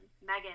Megan